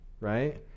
right